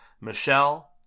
Michelle